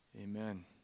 amen